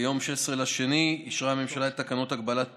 ביום 16 בפברואר אישרה הממשלה את תקנות הגבלת פעילות.